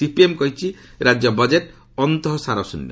CPM କହିଛି ରାଜ୍ୟ budget ଅନ୍ତଃସାରଶୃନ୍ୟ